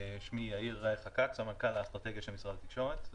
אני סמנכ"ל אסטרטגיה של משרד התקשורת.